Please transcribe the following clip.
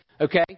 okay